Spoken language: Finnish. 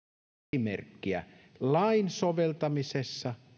esimerkkiä lain soveltamisessa